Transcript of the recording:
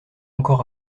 encore